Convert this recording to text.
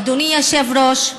אדוני היושב-ראש,